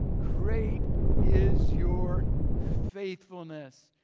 great is your faithfulness.